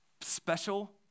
special